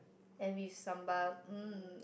and with Sambal mm